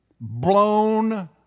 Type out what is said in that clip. blown